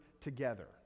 together